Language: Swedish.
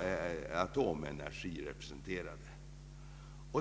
representant för Atomenergi icke närvarande.